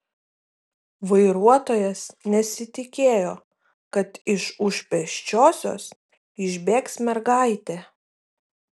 vairuotojas nesitikėjo kad iš už pėsčiosios išbėgs mergaitė